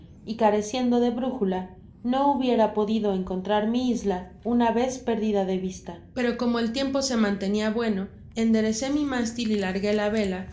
y careciendo de brújula no hubiera podido encontrar mi isla una vez perdida de vista pero cemo el tiempo se mantenia bueno enderecé mi mástil y largué la vela